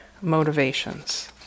motivations